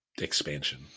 Expansion